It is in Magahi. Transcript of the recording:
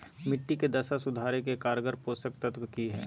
मिट्टी के दशा सुधारे के कारगर पोषक तत्व की है?